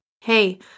hey